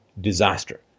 disaster